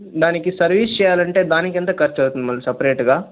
దానికి సర్వీస్ చెయ్యాలంటే దానికి ఎంత ఖర్చవుతుంది మళ్ళీ సెపరేట్గా